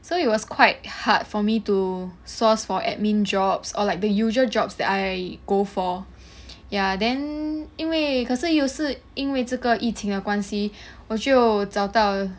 so it was quite hard for me to source for admin jobs or like the usual jobs that I go for ya then 因为可是又是因为这个疫情的关系我就我找到